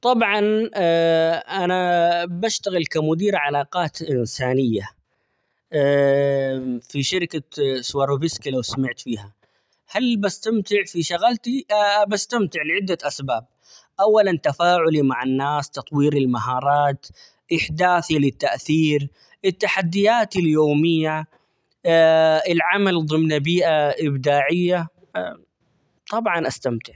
طبعًا أنا بشتغل كمدير علاقات انسانية في شركة سواروفسكى لو سمعت فيها هل بستمتع في شغلتي؟ بستمتع لعدة أسباب ، أولًا تفاعلي مع الناس، تطوير المهارات ، إحداثي للتأثير ،التحديات اليومية، العمل ضمن بيئة إبداعية طبعًا استمتع.